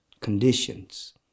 conditions